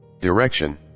Direction